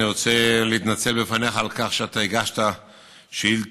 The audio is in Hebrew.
אני רוצה להתנצל בפניך על כך שהגשת שאילתה